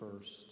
first